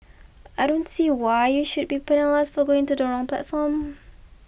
I don't see why you should be penalised for going to the wrong platform